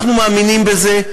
אנחנו מאמינים בזה,